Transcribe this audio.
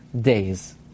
days